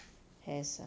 has err